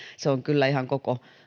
se on kyllä ihan koko